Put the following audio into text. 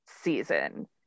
season